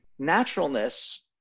naturalness